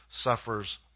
suffers